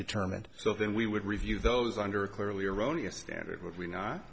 determined so then we would review those under a clearly erroneous standard would we not